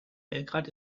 belgrad